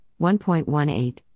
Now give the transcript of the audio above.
1.18